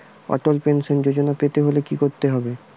অটল pension Yojana পেতে হলে কি করতে হবে?